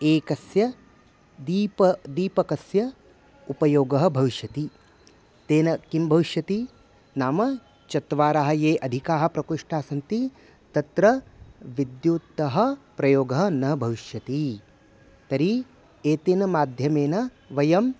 एकस्य दीपदीपकस्य उपयोगः भविष्यति तेन किं भविष्यति नाम चत्वारः ये अधिकाः प्रकोष्ठाः सन्ति तत्र विद्युतः प्रयोगः न भविष्यति तर्हि एतेन माध्यमेन वयम्